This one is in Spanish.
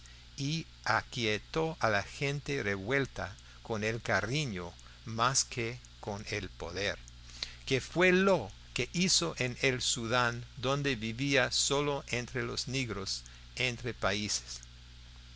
y aquietó a la gente revuelta con el cariño más que con el poder que fue lo que hizo en el sudán donde vivía solo entre los negros del país